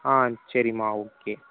ஆ சரிம்மா ஓகே